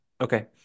Okay